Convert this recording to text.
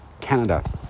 Canada